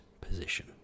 position